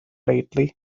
lately